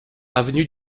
avenue